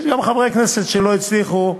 יש גם חברי כנסת שלא הצליחו.